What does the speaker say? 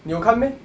你有看 meh